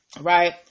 right